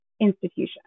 institution